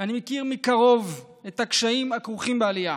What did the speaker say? אני מכיר מקרוב את הקשיים הכרוכים בעלייה,